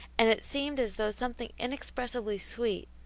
and it seemed as though something inexpressibly sweet,